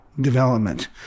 development